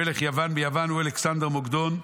המלך ביוון הוא אלכסנדר מוקדון,